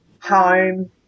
home